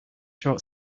short